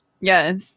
Yes